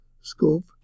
scope